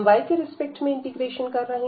हम y के respect में इंटीग्रेशन कर रहे हैं